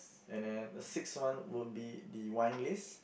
and then the sixth one will be the wine list